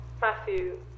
Matthew